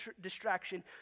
distraction